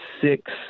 six